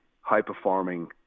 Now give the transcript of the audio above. high-performing